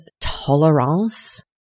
Tolerance